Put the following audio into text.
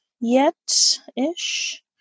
yet-ish